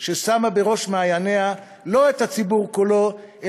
ששמה בראש מעייניה לא את הציבור כולו,